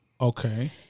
Okay